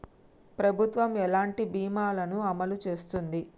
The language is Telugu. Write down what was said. ప్రభుత్వం ఎలాంటి బీమా ల ను అమలు చేస్తుంది?